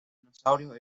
dinosaurios